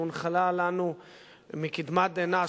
שהונחלה לנו מקדמת דנא,